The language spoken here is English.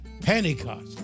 Pentecost